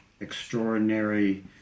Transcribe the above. extraordinary